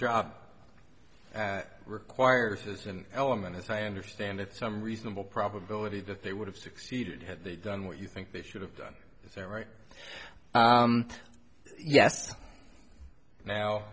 job requires is an element as i understand it some reasonable probability that they would have succeeded had they done what you think they should have done is a right yes now